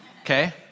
okay